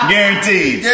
Guaranteed